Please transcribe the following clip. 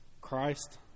Christ